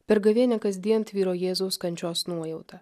per gavėnią kasdien tvyro jėzaus kančios nuojauta